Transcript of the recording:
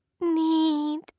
need